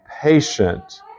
patient